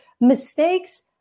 mistakes